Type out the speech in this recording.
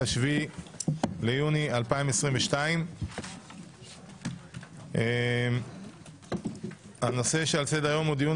7 ביוני 2022. הנושא שעל סדר היום הוא דיון